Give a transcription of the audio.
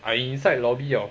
I inside lobby or